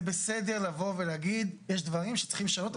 זה בסדר לבוא ולהגיד - יש דברים שצריכים לשנות.